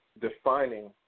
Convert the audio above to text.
defining